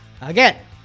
Again